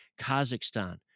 Kazakhstan